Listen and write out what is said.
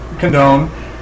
condone